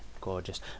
Gorgeous